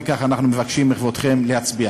וכך אנחנו מבקשים מכבודכם להצביע.